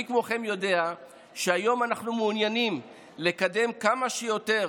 מי כמוכם יודע שהיום אנחנו מעוניינים לקדם כמה שיותר